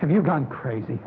have you gone crazy